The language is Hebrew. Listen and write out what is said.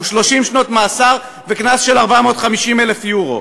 הוא 30 שנות מאסר וקנס של 450,000 יורו,